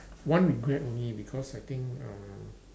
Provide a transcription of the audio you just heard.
one regret only because I think uh